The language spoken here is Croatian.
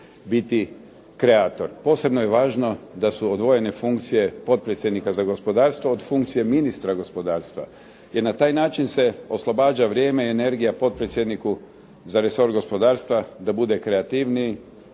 biti kreator. Posebno je važno da su odvojene funkcije potpredsjednika za gospodarstvo od funkcije ministra gospodarstva jer na taj način se oslobađa vrijeme i energija potpredsjedniku za resor gospodarstva da bude kreativniji